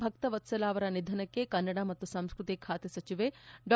ಭಕ್ತವತ್ಲಲ ಅವರ ನಿಧನಕ್ಕೆ ಕನ್ನಡ ಮತ್ತು ಸಂಸ್ಟತಿ ಖಾತೆ ಸಚಿವೆ ಡಾ